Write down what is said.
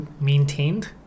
maintained